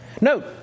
Note